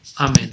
amen